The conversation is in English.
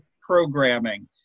programming